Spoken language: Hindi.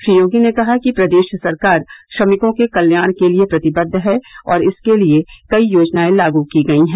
श्री योगी ने कहा कि प्रदेश सरकार श्रमिकों के कल्याण के लिये प्रतिबद्ध है और इसके लिये कई योजनाएं लागू की गयीं हैं